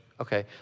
Okay